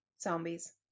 zombies